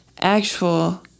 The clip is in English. actual